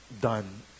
done